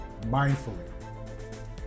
mindfully